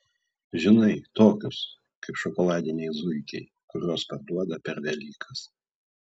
žinai tokius kaip šokoladiniai zuikiai kuriuos parduoda per velykas